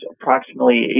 approximately